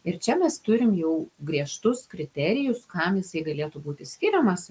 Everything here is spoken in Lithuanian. ir čia mes turim jau griežtus kriterijus kam jisai galėtų būti skiriamas